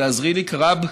תעזרי לי, קרבמזפין.